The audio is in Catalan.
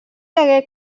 hagué